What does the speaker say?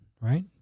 right